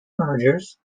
mergers